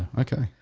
okay.